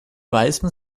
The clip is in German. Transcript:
weißem